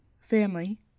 family